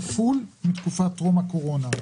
כפול מתקופת טרום הקורונה.